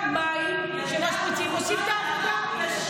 גם מים שמשפריצים עושים את העבודה.